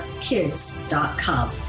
kids.com